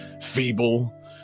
feeble